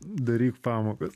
daryk pamokas